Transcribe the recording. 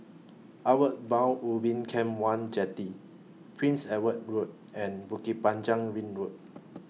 Outward Bound Ubin Camp one Jetty Prince Edward Road and Bukit Panjang Ring Road